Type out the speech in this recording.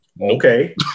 Okay